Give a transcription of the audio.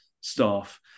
staff